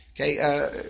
Okay